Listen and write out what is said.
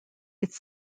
its